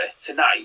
tonight